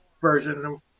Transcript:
version